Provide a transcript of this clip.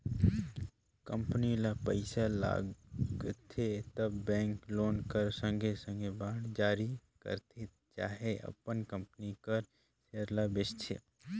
company ल पइसा लागथे त बेंक लोन कर संघे संघे बांड जारी करथे चहे अपन कंपनी कर सेयर ल बेंचथे